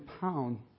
pound